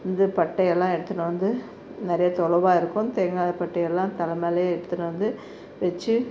இருந்து பட்டையலாம் எடுத்துன்னு வந்து நிறையா தொலவாக இருக்கும் தேங்காய் பட்டையெல்லாம் தலை மேலேயே எடுத்துன்னு வந்து வச்சி